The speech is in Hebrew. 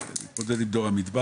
כשנגיע להתמודדות עם ״דור המדבר״,